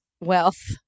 wealth